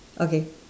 okay